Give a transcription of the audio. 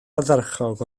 ardderchog